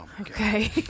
Okay